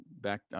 back